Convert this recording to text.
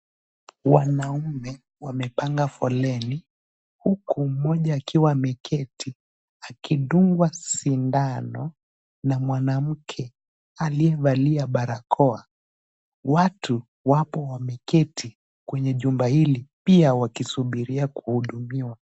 Wanaume wamepanga foleni huku mmoja akiwa ameketi akidungwa sindano na mwanamke aliyevalia barakoa. Watu wapo wameketi kwenye jumba hili pia wakisubiri kuhudumiwa.